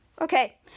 Okay